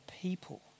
people